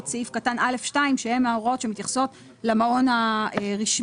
סעיף קטן (א2) שהן ההוראות שמתייחסות למעון הרשמי,